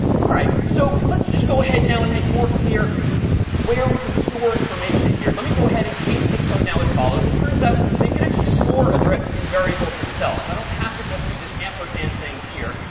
all right. so let's just go ahead now and make more clear where we can store information here. let me go ahead and change this code. now as follows. it turns out that you can actually store addresses and variables themselves. i don't have to just do this ampersand thing here.